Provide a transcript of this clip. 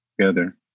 together